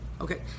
Okay